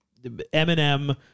Eminem